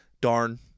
Darn